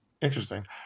Interesting